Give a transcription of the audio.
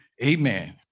Amen